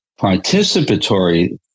Participatory